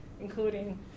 including